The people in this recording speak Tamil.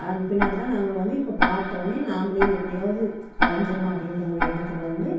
அதன் பின்னாடி தான் நாங்கள் வந்து இப்போ பார்த்த உடனே நாம்பளே எப்படியாவுது வரைஞ்சிர்ணும் அப்படின்ற ஒரு எண்ணத்தில் வந்து